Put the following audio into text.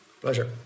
Pleasure